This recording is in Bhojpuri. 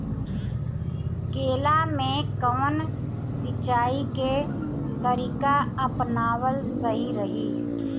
केला में कवन सिचीया के तरिका अपनावल सही रही?